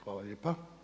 Hvala lijepa.